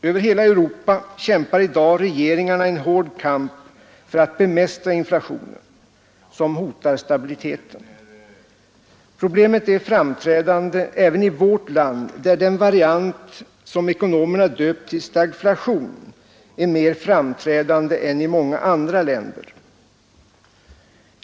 Över hela Europa kämpar i dag regeringarna en hård kamp för att bemästra inflationen, som hotar stabiliteten. Problemet är framträdande även i vårt land, där den variant som ekonomerna döpt till stagflation, är mer märkbar än i många andra länder.